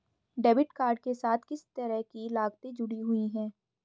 Debit card के साथ किस तरह की लागतें जुड़ी हुई हैं?